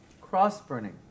cross-burning